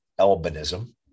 albinism